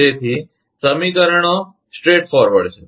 તેથી સમીકરણો સીધા આગળ છે